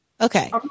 Okay